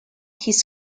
his